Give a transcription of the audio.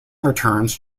returns